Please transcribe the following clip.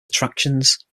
attractions